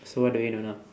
so what do we do now